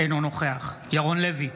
אינו נוכח ירון לוי,